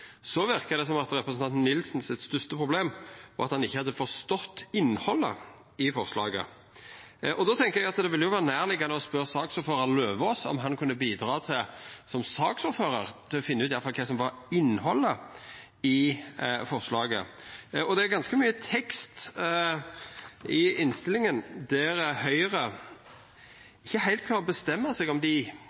det som om representanten Nilsens største problem var at han ikkje hadde forstått innhaldet i forslaget. Då tenkjer eg det ville vera nærliggjande å spørja representanten Eidem Løvaas om han som saksordførar kunne bidra til å finna ut kva som var innhaldet i forslaget. Det er ganske mykje tekst i innstillinga der Høgre ikkje heilt klarer å bestemma seg for om dei